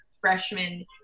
freshman